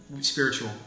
spiritual